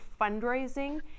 fundraising